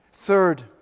Third